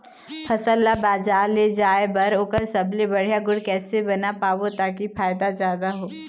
फसल ला बजार ले जाए बार ओकर सबले बढ़िया गुण कैसे बना पाबो ताकि फायदा जादा हो?